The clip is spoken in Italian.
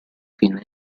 fine